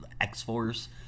X-Force